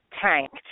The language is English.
tanked